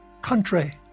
country